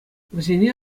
вӗсене